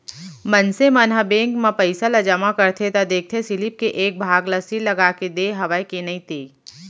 मनसे मन ह बेंक म पइसा ल जमा करथे त देखथे सीलिप के एक भाग ल सील लगाके देय हवय के धुन नइते